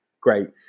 Great